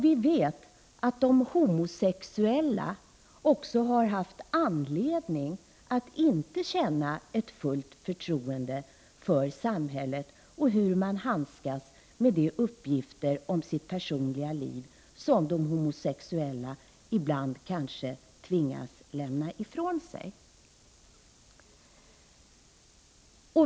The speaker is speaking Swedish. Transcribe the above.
Vi vet att de homosexuella också har haft anledning att inte känna ett fullt förtroende för samhället och för hur man handskas med de uppgifter om sitt personliga liv som de homosexuella ibland kanske tvingas lämna ifrån sig.